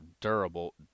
durable